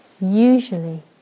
Usually